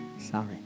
sorry